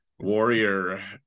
Warrior